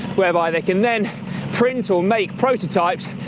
whereby they can then print or make prototypes,